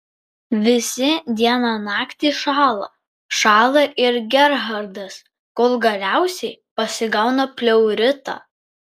visi dieną naktį šąla šąla ir gerhardas kol galiausiai pasigauna pleuritą